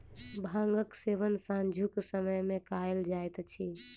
भांगक सेवन सांझुक समय मे कयल जाइत अछि